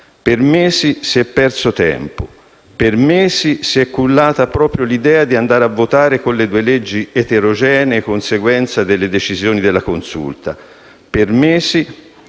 Per mesi si è perso tempo. Per mesi si è cullata proprio l'idea di andare a votare con le due leggi eterogenee, conseguenza delle decisioni della Consulta. Per mesi